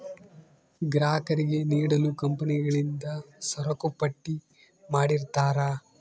ಗ್ರಾಹಕರಿಗೆ ನೀಡಲು ಕಂಪನಿಗಳಿಂದ ಸರಕುಪಟ್ಟಿ ಮಾಡಿರ್ತರಾ